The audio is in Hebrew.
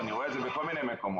ואני רואה את זה בכל מיני מקומות.